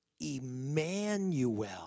Emmanuel